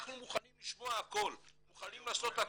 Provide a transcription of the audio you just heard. אנחנו מוכנים לשמוע הכל, מוכנים לעשות הכל.